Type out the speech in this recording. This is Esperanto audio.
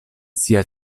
sia